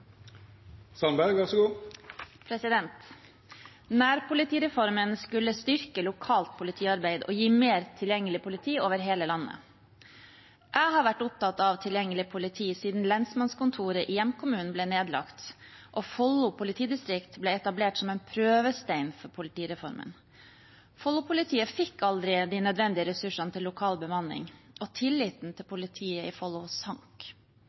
gi mer tilgjengelig politi over hele landet. Jeg har vært opptatt av tilgjengelig politi siden lensmannskontoret i hjemkommunen min ble nedlagt og Follo politidistrikt ble etablert som en prøvestein for politireformen. Follo-politiet fikk aldri de nødvendige ressursene til lokal bemanning, og tilliten til politiet i Follo sank.